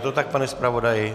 Je to tak, pane zpravodaji?